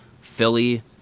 Philly